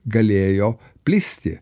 galėjo plisti